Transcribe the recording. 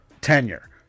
tenure